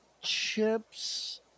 chips